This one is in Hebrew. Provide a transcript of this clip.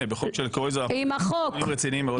בחוק של קרויזר היו דיונים רציניים מאוד.